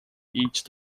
each